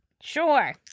Sure